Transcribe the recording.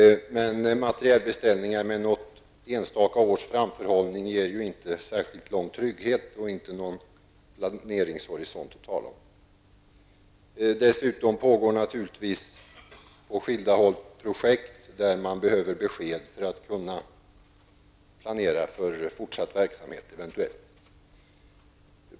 Materielbeställningar med något enstaka års framförhållning ger inte särskilt lång trygghet och ingen planeringshorisont att tala om. Dessutom pågår det naturligtvis på skilda håll projekt där man behöver besked för att kunna planera för eventuell fortsatt verksamhet.